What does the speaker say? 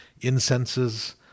incenses